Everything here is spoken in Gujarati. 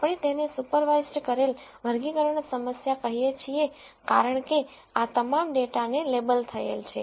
આપણે તેને સુપરવાઇસ્ડ કરેલ વર્ગીકરણ સમસ્યા કહીએ છીએ કારણ કે આ તમામ ડેટાને લેબલ થયેલ છે